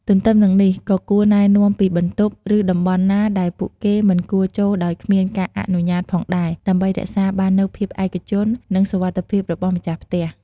ទន្ទឹមនឹងនេះ ក៏គួរណែនាំពីបន្ទប់ ឬតំបន់ណាដែលពួកគេមិនគួរចូលដោយគ្មានការអនុញ្ញាតផងដែរ ដើម្បីរក្សាបាននូវភាពឯកជន និងសុវត្ថិភាពរបស់ម្ចាស់ផ្ទះ។